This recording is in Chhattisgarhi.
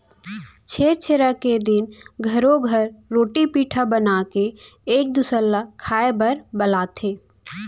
छेरछेरा के दिन घरो घर रोटी पिठा बनाके एक दूसर ल खाए बर बलाथे